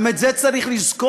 גם את זה צריך לזכור.